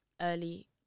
early